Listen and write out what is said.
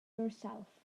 yourself